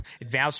advanced